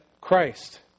Christ